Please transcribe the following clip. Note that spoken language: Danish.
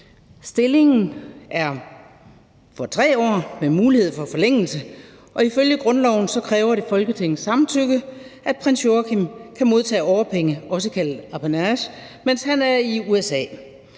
Stillingen er for 3 år med mulighed for forlængelse, og ifølge grundloven kræver det Folketingets samtykke, at prins Joachim kan modtage årpenge – også kaldet apanage – mens han er i USA.